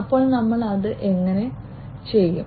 അപ്പോൾ ഞങ്ങൾ അത് എങ്ങനെ ചെയ്യും